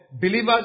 believers